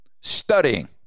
studying